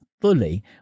fully